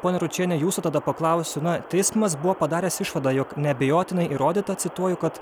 ponia ručiene jūsų tada paklausiu na teismas buvo padaręs išvadą jog neabejotinai įrodyta cituoju kad